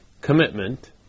commitment